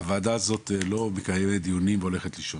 הוועדה הזאת לא מקיימת דיונים והולכת לישון,